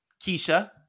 Keisha